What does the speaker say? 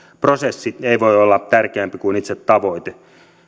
prosessi ei voi olla tärkeämpi kuin itse tavoite